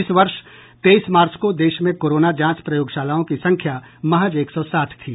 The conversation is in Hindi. इस वर्ष तेईस मार्च को देश में कोरोना जांच प्रयोगशालाओं की संख्या महज एक सौ साठ थी